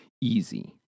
easy